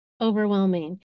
overwhelming